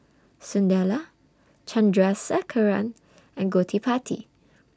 Sunderlal Chandrasekaran and Gottipati